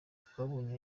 twabonye